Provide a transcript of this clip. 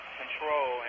control